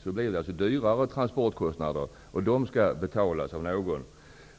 skulle transportkostnaderna bli högre, och dessa skall betalas av någon.